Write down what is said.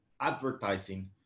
advertising